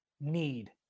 need